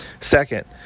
Second